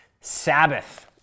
Sabbath